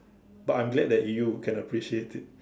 but I'm glad that you can appreciate it